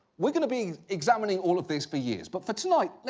we're going to be examining all of this for years. but for tonight,